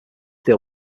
deal